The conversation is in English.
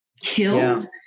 killed